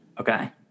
Okay